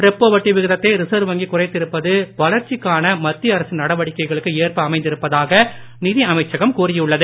repo வட்டி விகிதத்தை reserve வங்கி குறைத்திருப்பது வளர்ச்சிக்கான மத்திய அரசின் நடவடிக்கைகளுக்கு ஏற்ப அமைந்திருப்பதாக நிதி அமைச்சகம் கூறியுள்ளது